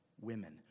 Women